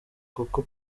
kuko